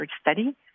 study